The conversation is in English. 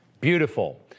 beautiful